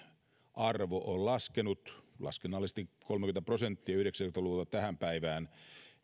arvo on laskenut laskennallisesti kolmekymmentä prosenttia yhdeksänkymmentä luvulta tähän päivään